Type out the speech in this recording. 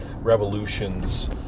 revolutions